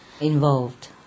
involved